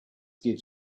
gives